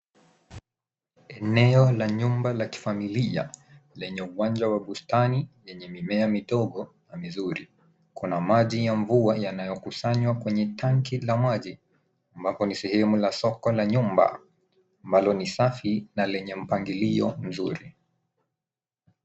Eneo la nyumba la kifamilia lenye uwanja wa bustani yenye mimea midogo na mizuri. Kuna maji ya mvua yanayokusanywa kwenye tangi ya maji ambapo ni sehemu ya soko la nyumba ambalo ni safi na lenye mpangilio mzuri.